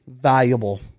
valuable